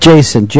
Jason